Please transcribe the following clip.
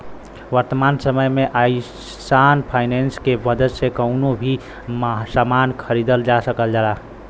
वर्तमान समय में आसान फाइनेंस के मदद से कउनो भी सामान खरीदल जा सकल जाला